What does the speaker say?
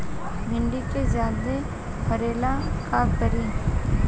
भिंडी के ज्यादा फरेला का करी?